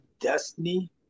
Destiny